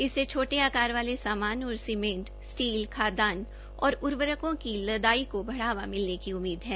इसमें छोटे आकार वाले सामान और सीमेंट स्टील खायान और उर्वरकों की लदाई को बढ़ावा मिलने की उम्मीद है